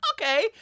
okay